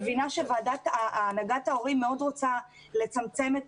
אני מבינה שהנהגת ההורים רוצה מאוד לצמצם את